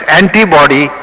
antibody